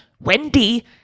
Wendy